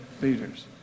leaders